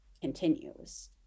continues